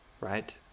right